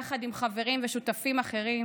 יחד עם חברים ושותפים אחרים,